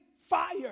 fire